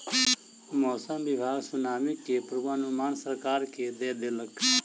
मौसम विभाग सुनामी के पूर्वानुमान सरकार के दय देलक